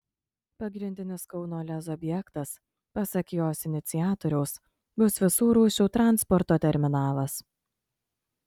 pagrindinis kauno lez objektas pasak jos iniciatoriaus bus visų rūšių transporto terminalas